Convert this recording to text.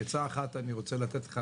עצה אחת אני רוצה לתת לך,